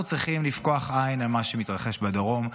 אנחנו צריכים לפקוח עין על מה שמתרחש בדרום,